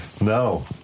No